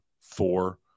four